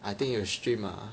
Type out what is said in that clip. I think you stream ah